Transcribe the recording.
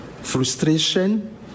frustration